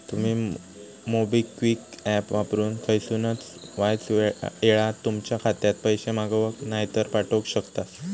तुमी MobiKwik app वापरून खयसूनय वायच येळात तुमच्या खात्यात पैशे मागवक नायतर पाठवक शकतास